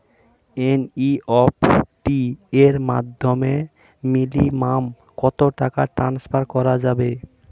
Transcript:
NEFT এর মাধ্যমে minimum কত টাকা টান্সফার করা যাবে?